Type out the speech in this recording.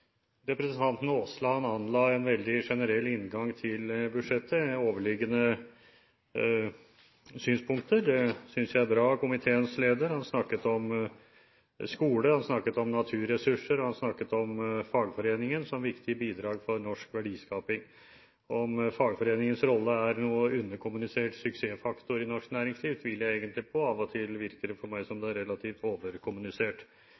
Representanten Aasland anla en veldig generell inngang til budsjettet, med overliggende synspunkter. Det synes jeg er bra av komiteens leder. Han snakket om skole, han snakket om naturressurser, og han snakket om fagforeningen som viktige bidrag for norsk verdiskaping. Om fagforeningens rolle er en noe underkommunisert suksessfaktor i norsk næringsliv, tviler jeg egentlig på, av og til virker det på meg som